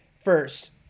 first